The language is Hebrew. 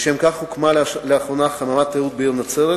ולשם כך אף הוקמה לאחרונה חממת תיירות בעיר נצרת